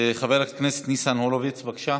חבר הכנסת ניצן הורוביץ, בבקשה.